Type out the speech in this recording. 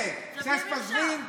הינה, ספסמלגין.